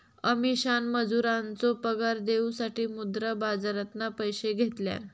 अमीषान मजुरांचो पगार देऊसाठी मुद्रा बाजारातना पैशे घेतल्यान